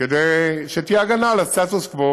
כדי שתהיה הגנה על הסטטוס-קוו,